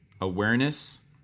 Awareness